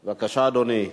בבקשה, אדוני.